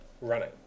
Running